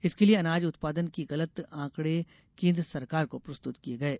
इसके लिए अनाज उत्पादन की गलत आंकड़े केन्द्र सरकार को प्रस्तुत किये गये